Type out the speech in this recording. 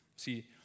See